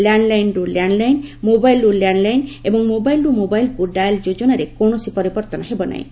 ଲ୍ୟାଣ୍ଡଲାଇନ୍ରୁ landline ମୋବାଇଲ୍ରୁ landline ଏବଂ ମୋବାଇଲ୍ରୁ ମୋବାଇଲ୍କୁ ଡାଏଲ୍ ଯୋଜନାରେ କୌଣସି ପରିବର୍ତ୍ତନ ହେବ ନାହିଁ